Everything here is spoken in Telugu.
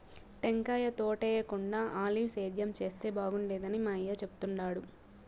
టెంకాయ తోటేయేకుండా ఆలివ్ సేద్యం చేస్తే బాగుండేదని మా అయ్య చెప్తుండాడు